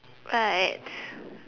right